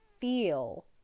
feel